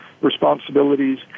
responsibilities